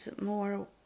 more